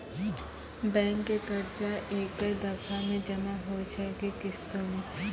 Bank के कर्जा ऐकै दफ़ा मे जमा होय छै कि किस्तो मे?